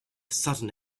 sudden